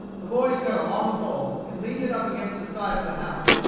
the boys cut a long pole, and leaned it up against the side of the house,